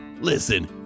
listen